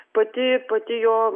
pati pati jo